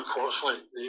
unfortunately